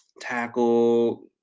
Tackle